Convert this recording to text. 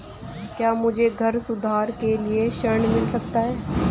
क्या मुझे घर सुधार के लिए ऋण मिल सकता है?